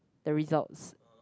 the results